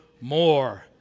more